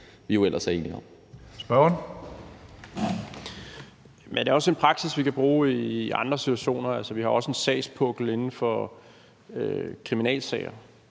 14:33 Rasmus Jarlov (KF): Men er det også en praksis, vi kan bruge i andre situationer? Altså, vi har også en sagspukkel inden for kriminalsager.